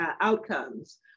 outcomes